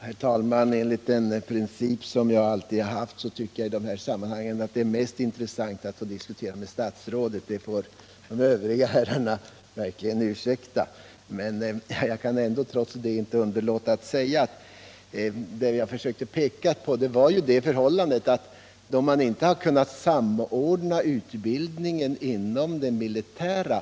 Herr talman! Enligt den princip som jag alltid haft tycker jag att det i dessa sammanhang är mest intressant att diskutera med statsrådet, det får de övriga herrarna verkligen ursäkta. Jag kan trots detta inte underlåta att säga att jag försökte peka på det förhållandet att man inte kunnat samordna utbildningen ens inom det militära.